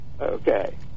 Okay